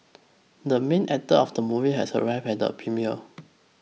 the main actor of the movie has arrived at the premiere